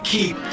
Keep